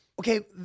okay